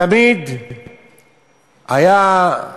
תמיד היה,